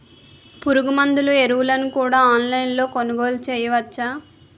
పురుగుమందులు ఎరువులను కూడా ఆన్లైన్ లొ కొనుగోలు చేయవచ్చా?